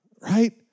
Right